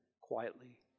quietly